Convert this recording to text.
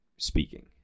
Speaking